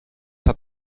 hat